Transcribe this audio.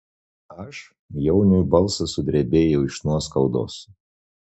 aš jauniui balsas sudrebėjo iš nuoskaudos